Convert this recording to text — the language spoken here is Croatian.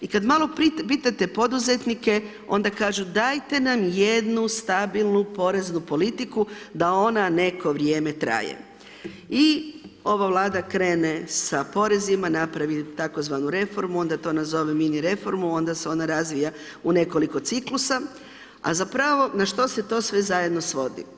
I kad malo pitate poduzetnike onda kažu dajte nam jednu stabilnu poreznu politiku da ona neko vrijeme traje i ova vlada krene sa porezima, napravi tzv. reformu, onda to nazove mini reformu, onda se ona razvija u nekoliko ciklusa, a zapravo na što se to sve zajedno svodi?